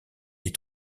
les